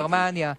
גרמניה,